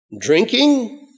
drinking